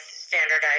standardized